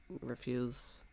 refuse